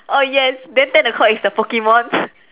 oh yes then ten O-clock is the Pokemon